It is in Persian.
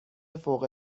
فوق